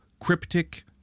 cryptic